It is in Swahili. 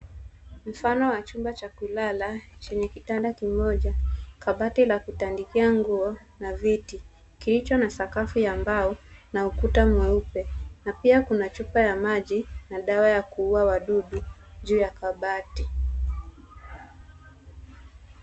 Mifano wa chumba cha kulala chenye kitanda kimoja, kabati la kutandikia nguo na viti kilicho na sakafu ya mbao na ukuta mweupe na pia kuna chupa ya maji na dawa ya kuua wadudu juu ya kabati.